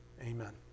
Amen